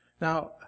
Now